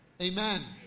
amen